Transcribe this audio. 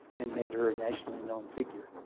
and made her a nationally known figure.